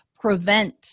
prevent